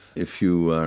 if you